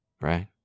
Right